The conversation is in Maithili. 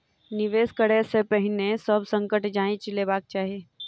निवेश करै से पहिने सभ संकट जांइच लेबाक चाही